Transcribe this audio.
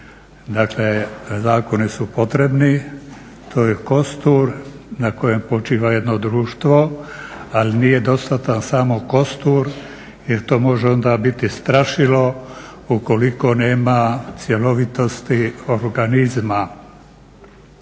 Dakle zakoni su potrebni, to je kostur na kojem počiva jedno društvo, ali nije dostatan samo kostur jer to može onda biti strašilo ukoliko nema cjelovitosti organizma.